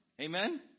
Amen